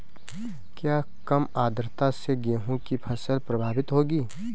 क्या कम आर्द्रता से गेहूँ की फसल प्रभावित होगी?